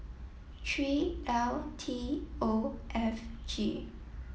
three L T O F G